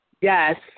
Yes